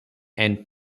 and